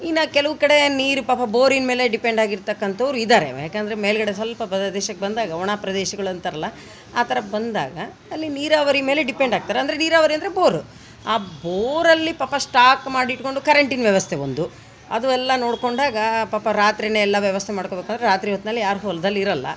ಇನ್ನು ಕೆಲವು ಕಡೆ ನೀರು ಪಾಪ ಬೋರಿನ ಮೇಲೆ ಡಿಪೆಂಡ್ ಆಗಿರತಕ್ಕಂಥೋರು ಇದ್ದಾರೆ ಯಾಕೆಂದ್ರೆ ಮೇಲುಗಡೆ ಸ್ವಲ್ಪ ಪ್ರದೇಶಕ್ಕೆ ಬಂದಾಗ ಒಣ ಪ್ರದೇಶಗಳು ಅಂತಾರಲ್ಲ ಆ ಥರ ಬಂದಾಗ ಅಲ್ಲಿನ ನೀರಾವರಿ ಮೇಲೆ ಡಿಪೆಂಡ್ ಆಗ್ತಾರೆ ಅಂದ್ರೆ ನೀರಾವರಿ ಅಂದರೆ ಬೋರ್ ಆ ಬೋರಲ್ಲಿ ಪಾಪ ಸ್ಟಾಕ್ ಮಾಡಿಟ್ಕೊಂಡು ಕರೆಂಟಿನ ವ್ಯವಸ್ಥೆ ಒಂದು ಅದು ಎಲ್ಲ ನೋಡ್ಕೊಂಡಾಗ ಪಾಪ ರಾತ್ರಿಯೇ ಎಲ್ಲ ವ್ಯವಸ್ಥೆ ಮಾಡ್ಕೋಬೇಕು ರಾತ್ರಿ ಹೊತ್ನಲ್ಲಿ ಯಾರೂ ಹೊಲದಲ್ಲಿ ಇರೋಲ್ಲ